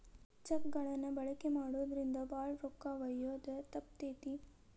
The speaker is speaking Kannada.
ಚೆಕ್ ಗಳನ್ನ ಬಳಕೆ ಮಾಡೋದ್ರಿಂದ ಭಾಳ ರೊಕ್ಕ ಒಯ್ಯೋದ ತಪ್ತತಿ